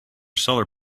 solar